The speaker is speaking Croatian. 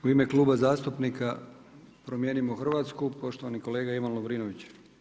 U ime Kluba zastupnika promijenimo Hrvatsku, poštovani kolega Ivan Lovrinović.